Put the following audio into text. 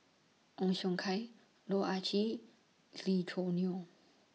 Ong Siong Kai Loh Ah Chee Lee Choo Neo